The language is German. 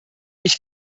ich